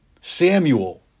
Samuel